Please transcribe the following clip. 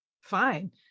fine